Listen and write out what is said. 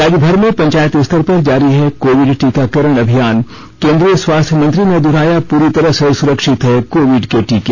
राज्य भर में पंचायत स्तर पर जारी है कोविड टीकाकरण अभियान केंद्रीय स्वास्थ्य मंत्री ने दुहराया पूरी तरह से सुरक्षित हैं कोविड के टीके